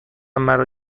مرا